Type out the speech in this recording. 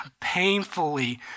painfully